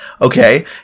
okay